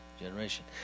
generation